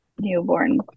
newborn